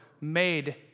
made